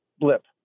blip